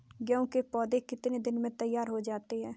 गेहूँ के पौधे कितने दिन में तैयार हो जाते हैं?